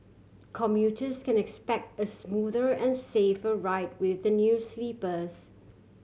commuters can expect a smoother and safer ride with the new sleepers